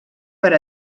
per